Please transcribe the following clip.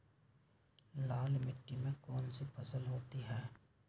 लाल मिट्टी में कौन सी फसल होती हैं?